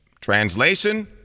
translation